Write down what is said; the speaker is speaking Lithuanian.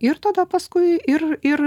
ir tada paskui ir ir